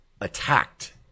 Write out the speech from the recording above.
attacked